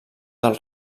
del